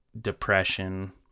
depression